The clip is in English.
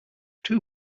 two